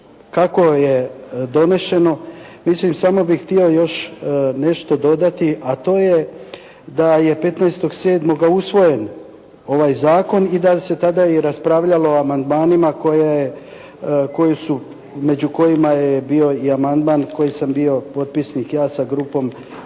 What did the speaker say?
kako je doneseno, mislim samo bih htio još dodati, a to je da je 15. sedmog usvoje ovaj zakon i da se tada raspravljalo o amandmanima među kojima je bio i amandman koji sam bio potpisnik ja sa grupom